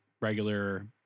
regular